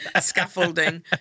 scaffolding